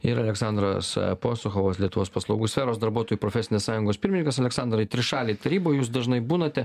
ir aleksandras aposuchovas lietuvos paslaugų sferos darbuotojų profesinės sąjungos pirmininkas aleksandrai trišalėj taryboj jūs dažnai būnate